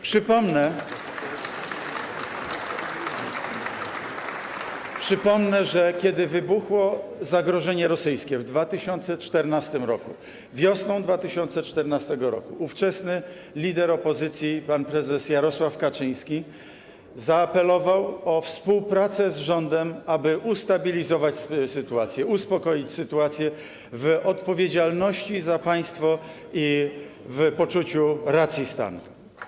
Przypomnę, że kiedy wybuchło zagrożenie rosyjskie w 2014 r., wiosną 2014 r., ówczesny lider opozycji pan prezes Jarosław Kaczyński zaapelował o współpracę z rządem, aby ustabilizować sytuację, uspokoić sytuację, w odpowiedzialności za państwo i w poczuciu racji stanu.